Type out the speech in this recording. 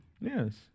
Yes